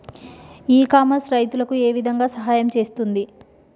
ఇ commerce రైతులకు ఏ విధంగా సహాయం చేస్తుంది?